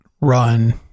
run